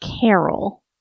Carol